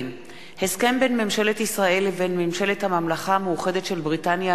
בין ממשלת ישראל לבין ממשלת הממלכה המאוחדת של בריטניה